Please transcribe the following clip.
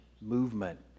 movement